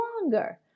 longer